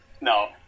No